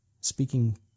speaking